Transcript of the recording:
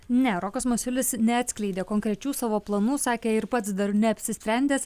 ne rokas masiulis neatskleidė konkrečių savo planų sakė ir pats dar neapsisprendęs